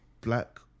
black